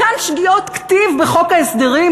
אותן שגיאות כתיב בחוק ההסדרים,